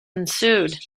ensued